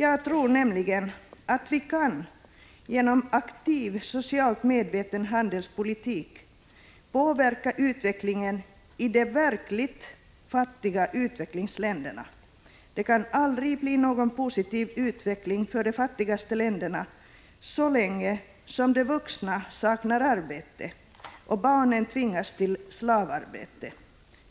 Jag tror nämligen att vi genom en aktiv, socialt medveten handelspolitik kan påverka utvecklingen i de verkligt fattiga utvecklingsländerna. Det kan aldrig bli någon positiv utveckling för de fattigaste länderna så länge som de vuxna saknar arbete och barnen tvingas till slavarbete,